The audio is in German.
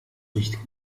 riecht